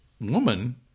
woman